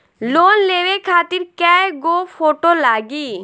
Loan लेवे खातिर कै गो फोटो लागी?